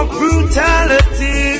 brutality